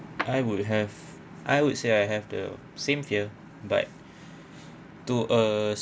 I would have I would say I have the same fear but to a